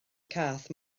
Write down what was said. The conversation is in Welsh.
cath